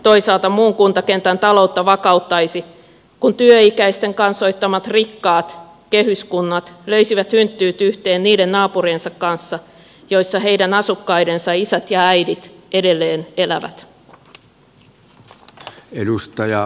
toisaalta muun kuntakentän taloutta vakauttaisi kun työikäisten kansoittamat rikkaat kehyskunnat löisivät hynttyyt yhteen niiden naapuriensa kanssa joissa heidän asukkaidensa isät ja äidit edelleen elävät